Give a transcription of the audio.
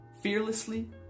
fearlessly